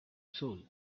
soul